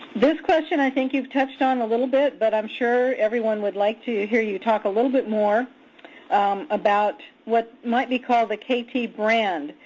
this question i think you've touched on a little bit but i'm sure everyone would like to hear you talk a little bit more about what might be called the kt brand.